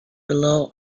below